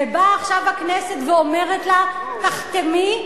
ובאה עכשיו הכנסת ואומרת לה: תחתמי.